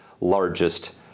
largest